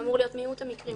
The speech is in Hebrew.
זה אמור להיות מיעוט המקרים.